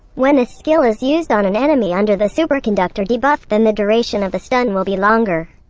when this skill is used on an enemy under the superconductor debuff, then the duration of the stun will be longer.